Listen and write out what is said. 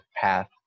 path